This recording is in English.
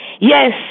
Yes